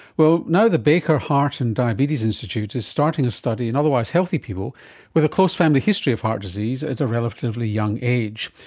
well, now the baker heart and diabetes institute is starting a study in otherwise healthy people with a close family history of heart disease at a relatively young age.